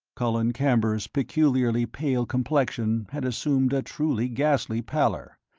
colin camber's peculiarly pale complexion had assumed a truly ghastly pallor,